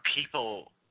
people